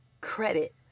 credit